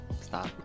Stop